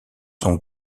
sont